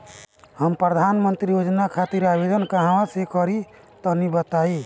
हम प्रधनमंत्री योजना खातिर आवेदन कहवा से करि तनि बताईं?